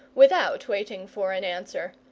without waiting for an answer.